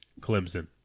Clemson